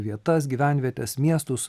vietas gyvenvietes miestus